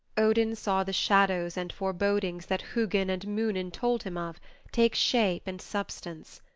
odin saw the shadows and forebodings that hugin and munin told him of take shape and substance.